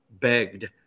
begged